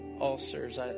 ulcers